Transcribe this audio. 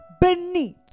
beneath